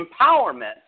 empowerment